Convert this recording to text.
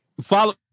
Follow